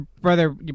brother